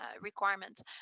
requirements